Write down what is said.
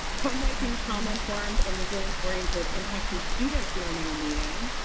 how might being trauma-informed and resilience-oriented impact your students' learning and leading?